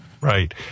Right